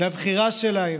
והבחירה שלהם,